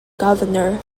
governor